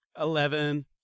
Eleven